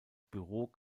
büro